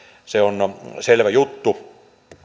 se on selvä juttu